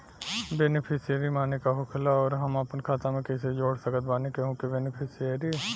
Beneficiary माने का होखेला और हम आपन खाता मे कैसे जोड़ सकत बानी केहु के बेनीफिसियरी?